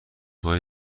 های